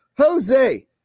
Jose